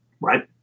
right